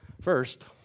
First